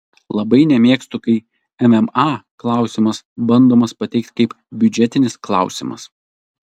labai nemėgstu kai mma klausimas bandomas pateikti kaip biudžetinis klausimas